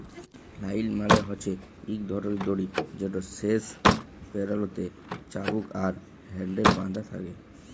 flail মালে হছে ইক ধরলের দড়ি যেটর শেষ প্যারালতে চাবুক আর হ্যাল্ডেল বাঁধা থ্যাকে